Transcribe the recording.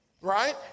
Right